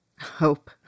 Hope